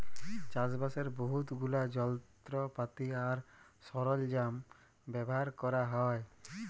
চাষবাসের বহুত গুলা যলত্রপাতি আর সরল্জাম ব্যাভার ক্যরা হ্যয়